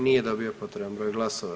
Nije dobio potreban broj glasova.